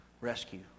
rescue